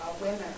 women